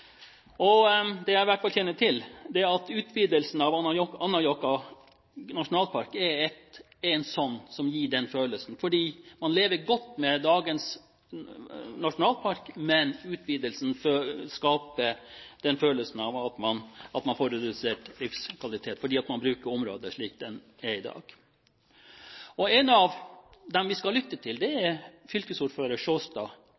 måte. Det jeg i hvert fall kjenner til, er at utvidelsen av Anárjohka nasjonalpark gir den følelsen, fordi man lever godt med dagens nasjonalpark, men utvidelsen skaper en følelse av at man får redusert livskvalitet, fordi man bruker området slik det er i dag. En av dem vi skal lytte til, er fylkesordfører Sjåstad